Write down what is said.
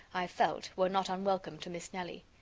i felt, were not unwelcome to miss nelly.